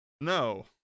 No